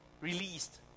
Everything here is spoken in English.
released